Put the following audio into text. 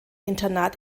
internat